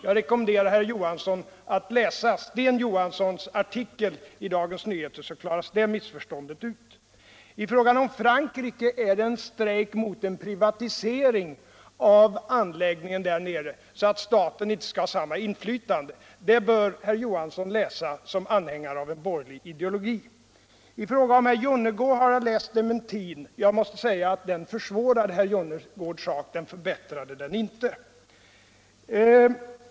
Jag rekommenderar herr Johansson att läsa Sten Johanssons artikel i Dagens Nyheter, så klaras det missförståndet ut. I Frankrike är det fråga om en strejk mot en privatisering av anläggningen där nere så att staten inte längre skall ha samma inflytande. Det bör herr Johansson läsa såsom anhängare av en borgerlig ideologi. I fråga om herr Jonnergård har jag list dementin. Jag måste säga att den försvårar herr Jonnergårds sak och förbättrar den inte.